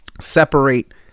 separate